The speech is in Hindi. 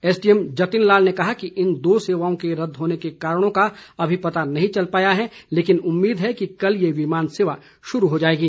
एसडीएम जतिन लाल ने कहा कि इन दो सेवाओं के रद्द होने के कारणों का अभी तक पता नहीं चल पाया है कि लेकिन उम्मीद है कि कल ये विमान सेवा शुरू हो जाएगी